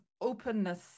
openness